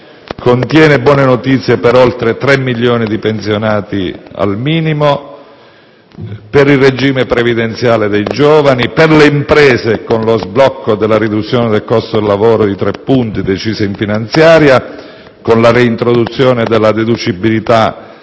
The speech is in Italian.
Contiene buone notizie per oltre tre milioni di pensionati al minimo, per il regime previdenziale dei giovani, per le imprese con lo sblocco della riduzione del costo del lavoro di tre punti deciso in finanziaria, con la reintroduzione della deducibilità